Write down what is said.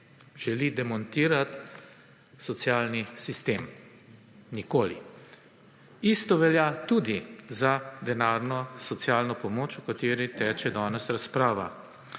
želi demontirati socialnega sistema, nikoli. Enako velja tudi za denarno socialno pomoč, o kateri teče danes razprava.